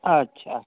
अच्छा